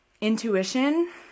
intuition